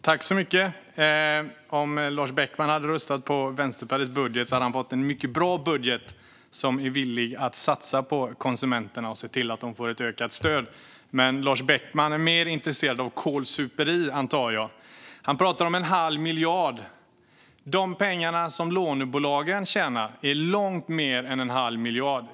Fru talman! Om Lars Beckman hade röstat på Vänsterpartiets budget hade han fått en mycket bra budget som är villig att satsa på konsumenterna och ge dem ett ökat stöd. Men Lars Beckman är mer intresserad av kålsuperi, antar jag. Lars Beckman pratar om en halv miljard. De pengar som lånebolagen tjänar är långt mer än en halv miljard.